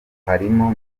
harimo